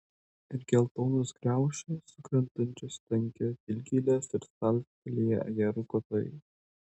ir geltonos kriaušės sukrentančios į tankias dilgėles ir salstelėję ajerų kotai